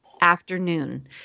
afternoon